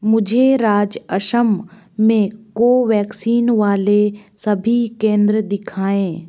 मुझे राज्य असम में कोवैक्सिन वाले सभी केंद्र दिखाएँ